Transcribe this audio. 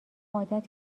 عادت